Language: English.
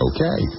Okay